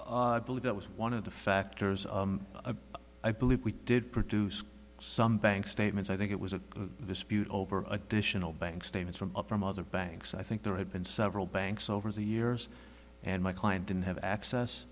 because i believe it was one of the factors of a i believe we did produce some bank statements i think it was a dispute over additional bank statements from up from other banks i think there had been several banks over the years and my client didn't have access